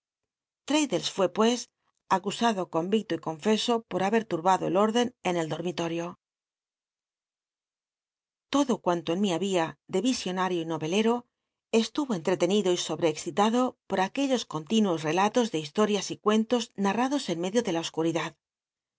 fué pues acusado conyiclo y confeso por babet tmbado el órdcn en el tlormi lotio todo cuanto en mi babia de visionario novelero estuvo entretenido y sobrexcitado por aquellos continuos relatos de bistorius y cuentos narmdos en medio de la osc